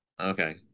Okay